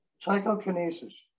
Psychokinesis